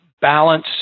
balance